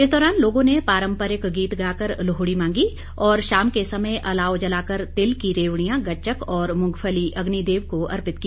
इस दौरान लोगों ने पारम्परिक गीत गाकर लोहड़ी मांगी और शाम के समय अलाव जलाकर तिल की रेवड़ियां गच्चक और मूंगफली अग्निदेव को अर्पित की